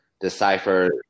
decipher